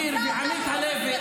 תני לו לסיים את דבריו.